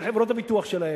של חברות הביטוח שלהם,